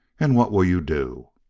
and what will you do?